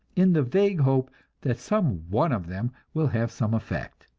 in the vague hope that some one of them will have some effect.